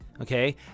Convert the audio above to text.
Okay